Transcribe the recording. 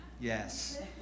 Yes